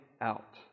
out